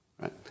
Right